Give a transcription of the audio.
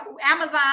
Amazon